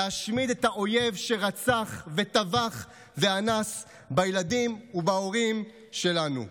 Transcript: להשמיד את האויב שרצח וטבח ואנס בילדים ובהורים שלנו.